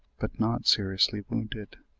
but not seriously wounded.